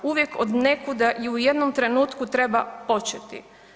Uvijek od nekuda i u jednom trenutku treba početi.